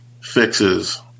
fixes